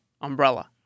umbrella